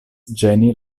ĝeni